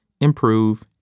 improve